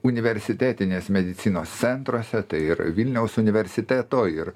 universitetinės medicinos centruose tai ir vilniaus universiteto ir